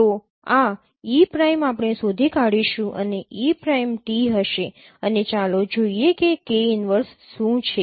તો આ e prime આપણે શોધી કાઢીશું અને e પ્રાઇમ t હશે અને ચાલો જોઈએ કે K ઇનવર્સ શું છે